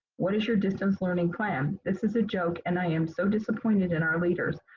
what is your distance learning plan? this is a joke and i am so disappointed in our leaders.